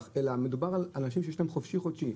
אלא מדובר על אנשים שיש להם חופשי-חודשי,